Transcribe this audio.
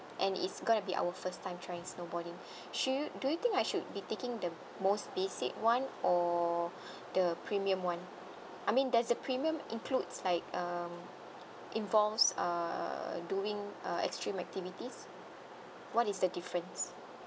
and it's gonna be our first time trying snowboarding should you do you think I should be taking the most basic one or the premium one I mean there's a premium includes like um involves uh doing uh extreme activities what is the difference